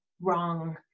wrong